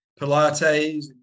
Pilates